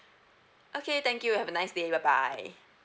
okay thank you have a nice day bye bye